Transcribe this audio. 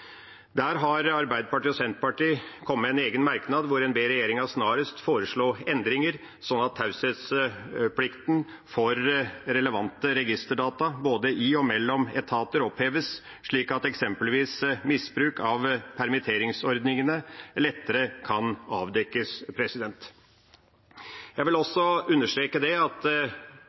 Der har Arbeiderpartiet og Senterpartiet kommet med en egen merknad hvor en ber regjeringen snarest foreslå endringer, sånn at taushetsplikten for relevante registerdata både i og mellom etater oppheves, slik at eksempelvis misbruk av permitteringsordningene lettere kan avdekkes. Jeg vil også understreke at de endringene vi nå gjør, kan føre til at